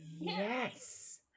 Yes